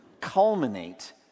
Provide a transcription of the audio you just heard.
culminate